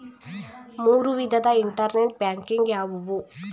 ಮೂರು ವಿಧದ internet banking ಯಾವುವು?